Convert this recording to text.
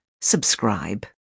subscribe